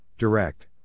Direct